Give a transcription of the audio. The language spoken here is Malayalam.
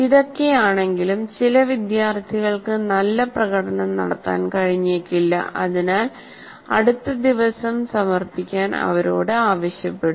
ഇതൊക്കെയാണെങ്കിലും ചില വിദ്യാർത്ഥികൾക്ക് നല്ല പ്രകടനം നടത്താൻ കഴിഞ്ഞേക്കില്ല അതിനാൽ അടുത്ത ദിവസം സമർപ്പിക്കാൻ അവരോട് ആവശ്യപ്പെട്ടു